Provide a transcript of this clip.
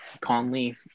Conley